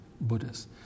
Buddhists